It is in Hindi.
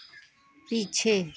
पीछे